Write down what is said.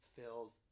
fills